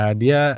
dia